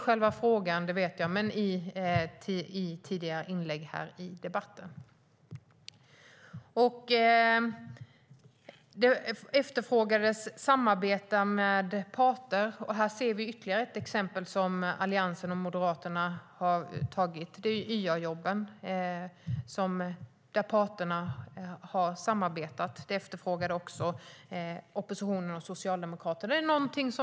Samarbete med parter har efterfrågats. Här ser vi ytterligare ett exempel från Alliansen och Moderaterna: YA-jobben. Där har parterna samarbetat, så som oppositionen och Socialdemokraterna efterfrågade.